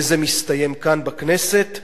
וזה מסתיים כאן בכנסת,